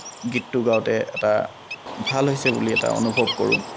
গীতটো গাওতে এটা ভাল হৈছে বুলি এটা অনুভৱ কৰোঁ